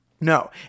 No